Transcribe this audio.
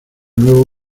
nuevo